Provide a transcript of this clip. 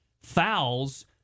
fouls